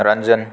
रञ्जनः